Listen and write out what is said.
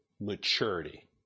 maturity